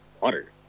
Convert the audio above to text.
water